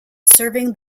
serving